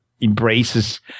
embraces